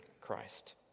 Christ